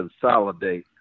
consolidate